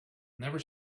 never